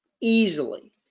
easily